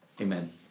Amen